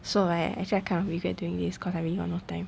so right I actually I kind of regret doing this cause I really got no time